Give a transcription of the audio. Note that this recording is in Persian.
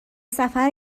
سفر